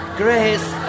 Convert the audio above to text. grace